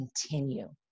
continue